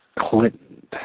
Clinton